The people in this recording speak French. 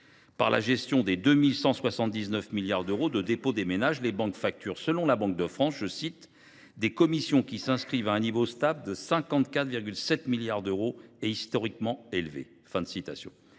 Pour la gestion des 2 179 milliards d’euros de dépôts des ménages, les banques facturent, selon la banque de France, « des commissions qui s’inscrivent à un niveau stable de 54,7 milliards d’euros et historiquement élevé ».